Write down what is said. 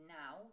now